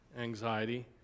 anxiety